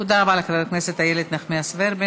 תודה רבה לחברת הכנסת אילת נחמיאס ורבין.